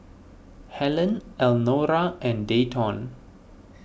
Hellen Elnora and Dayton